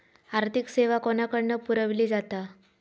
आर्थिक सेवा कोणाकडन पुरविली जाता?